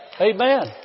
Amen